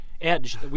Edge